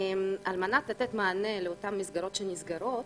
על מנת לתת מענה לאותן מסגרות שנסגרות,